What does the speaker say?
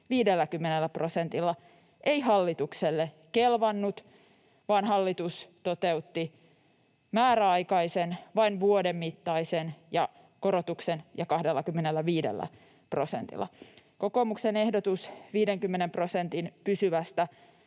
ei hallitukselle kelvannut, vaan hallitus toteutti määräaikaisen, vain vuoden mittaisen korotuksen ja 25 prosentilla. Kokoomuksen ehdotus 50 prosentin pysyvästä